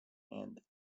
and